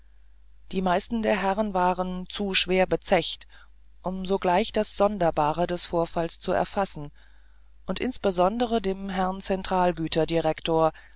die meisten der herren waren zu schwer bezecht um sogleich das sonderbare des vorfalls zu erfassen und insbesondere dem herrn